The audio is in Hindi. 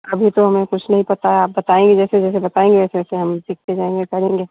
अभी तो हमें कुछ नहीं पता आप बताएंगे जैसे जैसे बताएंगे वैसे वैसे हम सीखते जाएंगे करेंगे